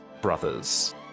Brothers